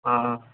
ꯑꯥ